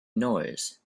noise